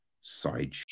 side